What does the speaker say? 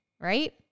right